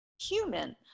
human